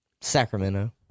Sacramento